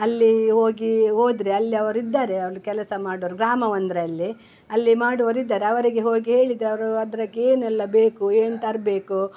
ಅಲ್ಲಿ ಹೋಗಿ ಹೋದರೆ ಅಲ್ಲಿ ಅವ್ರು ಇದ್ದಾರೆ ಅಲ್ಲಿ ಕೆಲಸ ಮಾಡೋರು ಗ್ರಾಮ ಒನ್ದ್ರಲ್ಲಿ ಅಲ್ಲಿ ಮಾಡುವರಿದ್ದಾರೆ ಅವರಿಗೆ ಹೋಗಿ ಹೇಳಿದರೆ ಅವರು ಅದಕ್ ಏನೆಲ್ಲ ಬೇಕು ಏನು ತರಬೇಕು